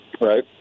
right